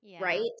Right